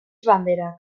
banderak